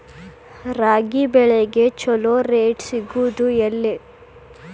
ರಾಗಿ ಬೆಳೆಗೆ ಛಲೋ ರೇಟ್ ಸಿಗುದ ಎಲ್ಲಿ?